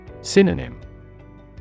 Synonym